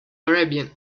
arabian